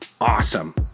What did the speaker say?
Awesome